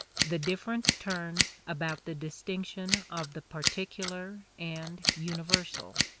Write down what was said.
the difference turns about the distinction of the particular and universal.